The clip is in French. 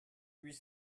huit